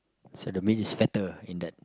so the meat is fatter in that